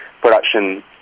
production